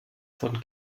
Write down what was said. von